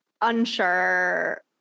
unsure